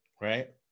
right